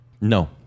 No